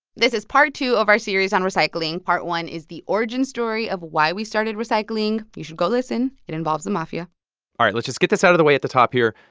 is part two of our series on recycling. part one is the origin story of why we started recycling. you should go listen. it involves the mafia all right, let's just get this out of the way at the top here.